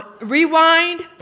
Rewind